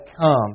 come